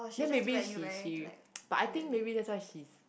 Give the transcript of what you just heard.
then maybe she but I think that's why maybe she